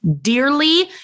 dearly